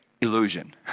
illusion